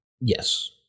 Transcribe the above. Yes